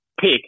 pick